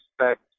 respect